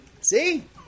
see